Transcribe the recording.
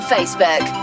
Facebook